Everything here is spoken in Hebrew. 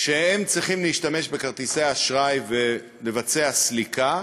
כשהם צריכים להשתמש בכרטיסי אשראי ולבצע סליקה,